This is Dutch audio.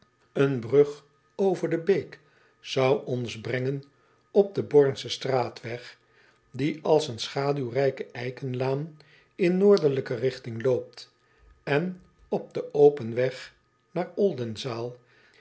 en brug over de beek zou ons brengen op den ornschen straatweg die als een schaduwrijke eikenlaan in oordelijke rigting loopt en op den open weg naar ldenzaal